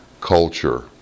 culture